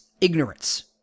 ignorance